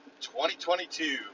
2022